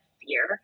fear